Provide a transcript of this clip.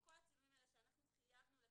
כל הצילומים האלה שאנחנו חייבנו לקיים,